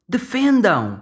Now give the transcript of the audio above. Defendam